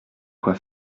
quoi